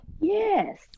Yes